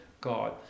God